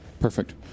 perfect